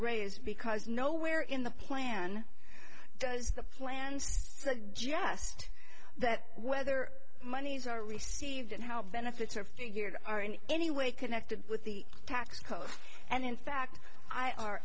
raise because nowhere in the plan does the plans just that whether monies are received and how benefits are figured are in any way connected with the tax code and in fact i